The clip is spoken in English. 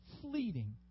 fleeting